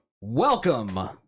Welcome